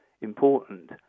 important